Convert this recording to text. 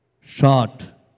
shot